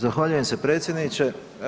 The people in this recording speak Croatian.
Zahvaljujem se predsjedniče.